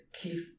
Keith